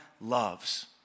loves